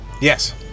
Yes